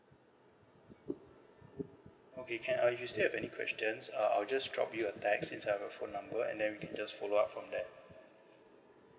okay can uh if you still have any questions uh I'll just drop you a text since I have your phone number and then we can just follow up from that